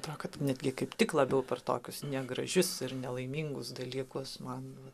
tuo kad netgi kaip tik labiau per tokius negražius ir nelaimingus dalykus man va